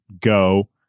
go